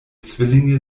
zwillinge